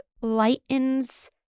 lightens